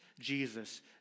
Jesus